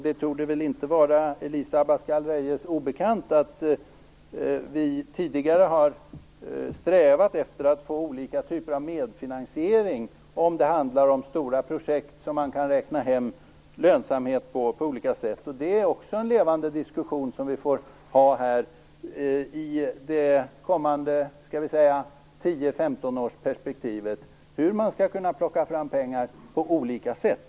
Det torde väl inte vara Elisa Abascal Reyes obekant att vi tidigare har strävat efter att få olika typer av medfinansiering, om det handlar om stora projekt där man kan räkna hem lönsamhet på olika sätt. Det är också en levande diskussion som vi får föra i det kommande tio eller femtonårsperspektivet. Det gäller hur man skall kunna plocka fram pengar på olika sätt.